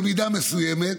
במידה מסוימת,